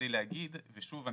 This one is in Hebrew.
ושוב,